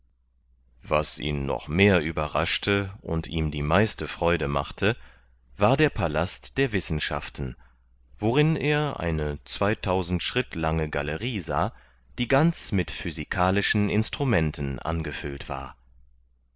was ihn noch mehr überraschte und ihm die meiste freude machte war der palast der wissenschaften worin er eine zweitausend schritt lange galerie sah die ganz mit physikalischen instrumenten angefüllt war